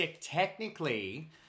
technically